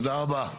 תודה רבה.